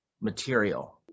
material